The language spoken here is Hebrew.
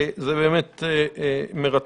זה באמת מרתק.